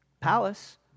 palace